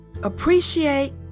appreciate